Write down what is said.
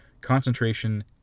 Concentration